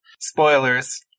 Spoilers